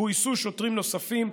גויסו שוטרים נוספים,